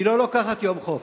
היא לא לוקחת יום חופש,